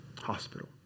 hospital